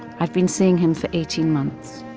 i've been seeing him for eighteen months.